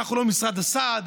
אנחנו לא משרד הסעד.